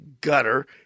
gutter